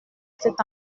cet